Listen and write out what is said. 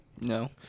no